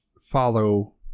follow